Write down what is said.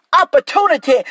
opportunity